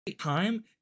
time